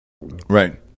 Right